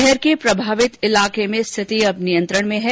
शहर के प्रभावित इलाके में स्थिति नियंत्रण में है